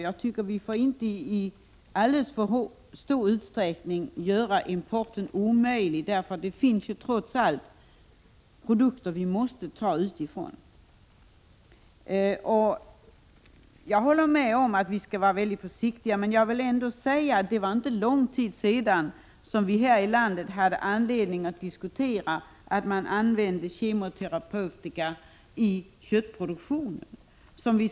Jag tycker inte att vi i alltför stor utsträckning skall motverka importen, för vissa produkter måste vi trots allt ta utifrån. Jag håller med om att vi skall vara försiktiga, men jag vill ändå erinra om att det inte var lång tid sedan vi här i landet hade anledning att diskutera användningen av kemoterapeutika i köttproduktionen.